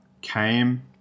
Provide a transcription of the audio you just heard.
came